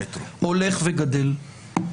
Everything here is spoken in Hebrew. הולך וגדל.